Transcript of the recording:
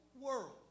world